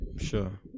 sure